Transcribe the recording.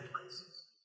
places